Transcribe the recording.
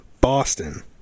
Boston